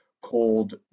called